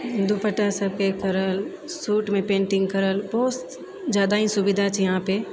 दुपट्टा सबके करल शूटमे पेन्टिङ्ग करल खूब ज्यादा ही सुविधा छै यहाँ पर